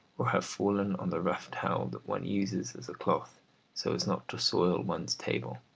or have fallen on the rough towel that one uses as a cloth so as not to soil one's table